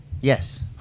Yes